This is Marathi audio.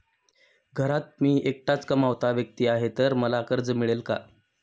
घरात मी एकटाच कमावता व्यक्ती आहे तर मला कर्ज मिळेल का?